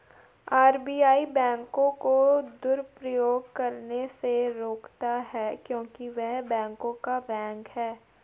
RBI बैंकों को दुरुपयोग करने से रोकता हैं क्योंकि य़ह बैंकों का बैंक हैं